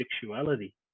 sexuality